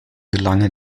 belange